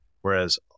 Whereas